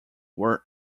were